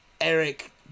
Eric